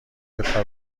بپره